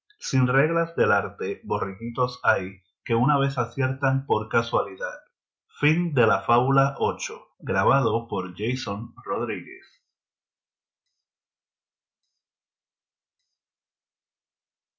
sin reglas del arte borriquitos hay que una vez aciertan por casualidad